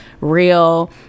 real